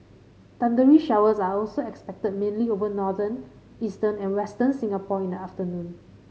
thundery showers are also expected mainly over northern eastern and Western Singapore in the afternoon